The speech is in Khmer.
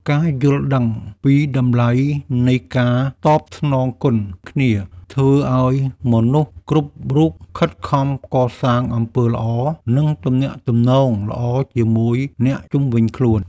ការយល់ដឹងពីតម្លៃនៃការតបស្នងគុណគ្នា ធ្វើឱ្យមនុស្សគ្រប់រូបខិតខំកសាងអំពើល្អ និងទំនាក់ទំនងល្អជាមួយអ្នកជុំវិញខ្លួន។